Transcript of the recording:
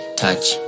touch